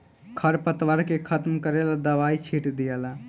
खर पतवार के खत्म करेला दवाई छिट दियाला